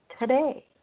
today